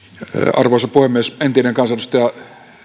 arvoisa puhemies entinen kansanedustaja